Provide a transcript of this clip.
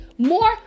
more